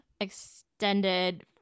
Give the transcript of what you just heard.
extended